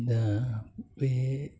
दा बे